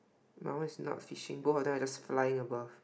my one is not fishing both of them are just flying above